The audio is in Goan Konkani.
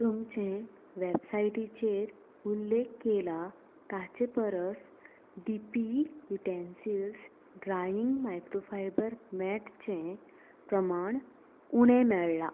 तुमचे वेबसाइटीचेर उल्लेख केला ताचे परस D P utensils drying micro fibre मॅटचें प्रमाण उणें मेळ्ळां